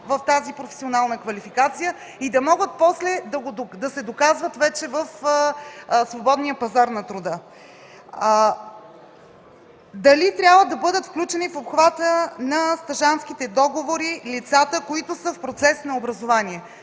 в тази професионална квалификация и да могат после да се доказват на свободния пазар на труда. Дали трябва да бъдат включени в обхвата на стажантските договори лицата, които са в процес на образование?